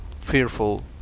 fearful